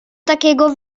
takiego